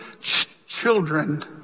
children